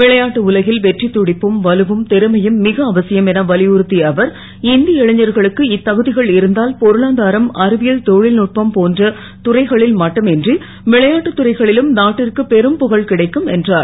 விளையாட்டு உலகில் வெற்றித் துடிப்பும் வலுவும் றமையும் மிக அவசியம் என வலியுறுத் ய அவர் இந்தய இளைஞர்களுக்கு இத்தகு கள் இருந்தால் பொருளாதாரம் அறிவியல் தொ ல்நுட்பம் போன்ற துறைகளில் மட்டுமின்றி விளையாட்டுத் துறை லும் நாட்டிற்கு பெரும் புக கிடைக்கும் என்றார்